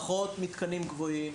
פחות מתקנים גבוהים,